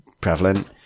prevalent